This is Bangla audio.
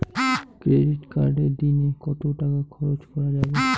ক্রেডিট কার্ডে দিনে কত টাকা খরচ করা যাবে?